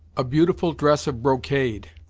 a beautiful dress of brocade,